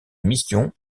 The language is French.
mission